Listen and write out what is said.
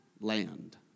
land